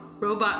Robot